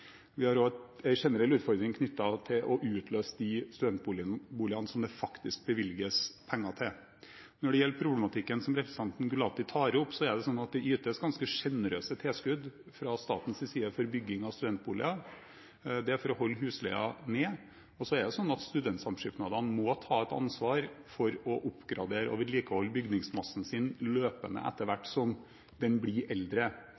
Vi har også en generell utfordring knyttet til å utløse de studentboligene det faktisk bevilges penger til. Når det gjelder problematikken som representanten Gulati tar opp, ytes det ganske generøse tilskudd fra statens side for bygging av studentboliger. Det er for å holde husleia nede. Så er det sånn at studentsamskipnadene må ta et ansvar for å oppgradere og vedlikeholde bygningsmassen sin løpende, etter hvert som den blir eldre.